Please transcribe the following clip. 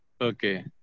okay